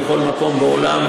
בכל מקום בעולם,